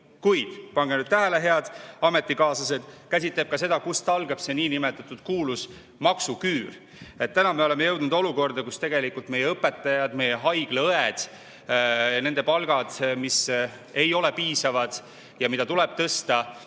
kuid – pange nüüd tähele, head ametikaaslased! – käsitleb ka seda, kust algab see niinimetatud kuulus maksuküür. Täna me oleme jõudnud olukorda, kus tegelikult meie õpetajad, meie haiglaõed, nende palgad, mis ei ole piisavad ja mida tuleb tõsta,